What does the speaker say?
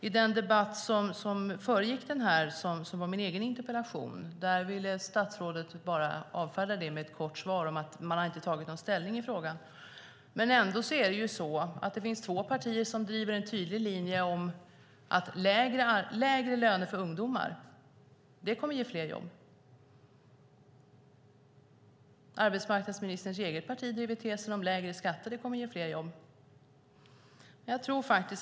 I den debatt som föregick den här, som gällde min egen interpellation, ville statsrådet bara avfärda det med ett kort svar om att man inte har tagit någon ställning i frågan. Men det finns ändå två partier som driver en tydlig linje om att lägre löner för ungdomar kommer att ge fler jobb. Arbetsmarknadsministerns eget parti driver tesen om att lägre skatter kommer att ge fler jobb.